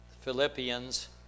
Philippians